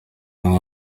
umwe